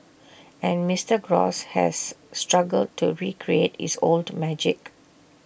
and Mister gross has struggled to recreate his old magic